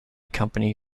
company